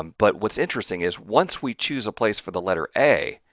um but what's interesting is, once we choose a place for the letter a,